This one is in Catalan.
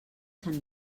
sant